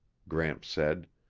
gramps said.